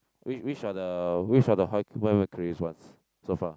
which which are the which are the high ones so far